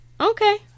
okay